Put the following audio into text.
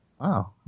Wow